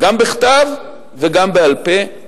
גם בכתב וגם בעל-פה,